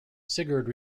sigurd